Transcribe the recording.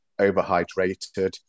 overhydrated